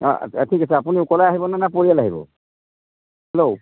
অঁ তে ঠিক আছে আপুনি অকলে আহিবনে নে আৰু পৰিয়াল আহিব হেল্ল'